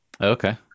Okay